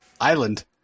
Island